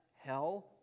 hell